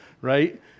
right